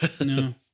no